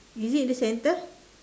is it in the center